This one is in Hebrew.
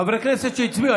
חברי כנסת שהצביעו,